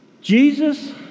Jesus